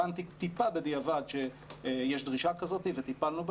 הבנתי טיפה בדיעבד שיש דרישה כזאת וטיפלנו בה,